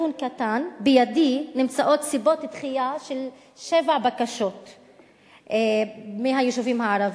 נתון קטן: בידי נמצאות סיבות דחייה של שבע בקשות מהיישובים הערביים,